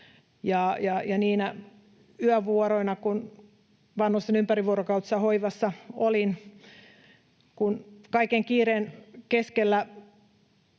Niinä yövuoroina, kun vanhusten ympärivuorokautisessa hoivassa olin, kun kaiken kiireen keskellä